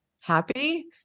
happy